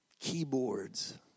keyboards